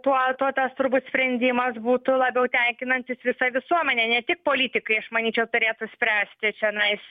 tuo tuo tas turbūt sprendimas būtų labiau tenkinantis visą visuomenę ne tik politikai aš manyčiau turėtų spręsti čianais